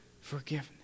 forgiveness